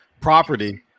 property